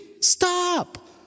Stop